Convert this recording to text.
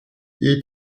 eat